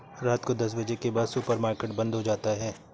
रात को दस बजे के बाद सुपर मार्केट बंद हो जाता है